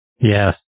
Yes